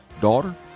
daughter